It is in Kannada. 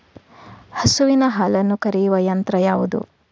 ಹಸುವಿನ ಹಾಲನ್ನು ಕರೆಯುವ ಯಂತ್ರ ಯಾವುದು?